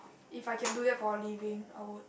if I can do that for a living I would